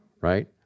right